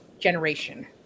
generation